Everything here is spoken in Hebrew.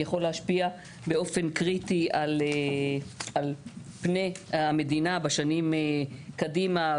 יכול להשפיע באופן קריטי על פני המדינה בשנים קדימה.